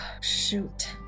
Shoot